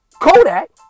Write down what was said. Kodak